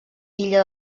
illa